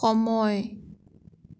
সময়